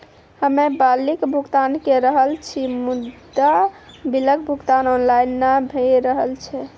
हम्मे बिलक भुगतान के रहल छी मुदा, बिलक भुगतान ऑनलाइन नै भऽ रहल छै?